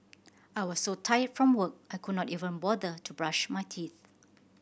I was so tired from work I could not even bother to brush my teeth